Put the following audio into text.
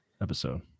episode